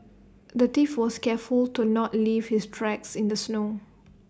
the thief was careful to not leave his tracks in the snow